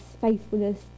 faithfulness